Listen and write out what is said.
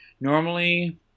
Normally